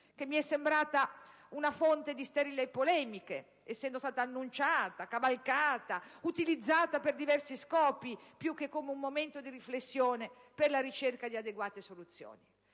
che mi è sembrata una fonte di sterili polemiche, essendo stata annunciata, cavalcata, utilizzata per diversi scopi più che come un momento di riflessione per la ricerca di adeguate soluzioni,